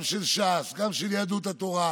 גם של ש"ס, גם של יהדות התורה,